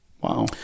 Wow